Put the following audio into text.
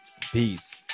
Peace